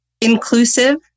inclusive